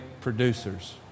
producers